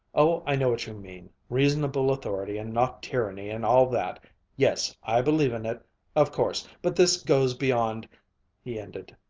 oh, i know what you mean, reasonable authority and not tyranny and all that yes, i believe in it of course but this goes beyond he ended.